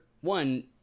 one